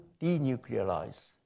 denuclearize